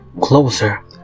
closer